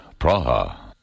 Praha